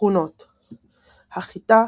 תכונות החיטה,